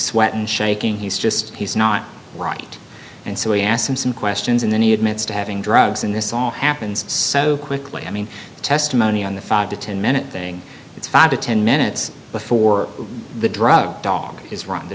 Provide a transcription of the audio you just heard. sweat and shaking he's just he's not right and so we asked him some questions and then he admits to having drugs in this all happens so quickly i mean testimony on the five to ten minute thing it's five to ten minutes before the draw dog is running the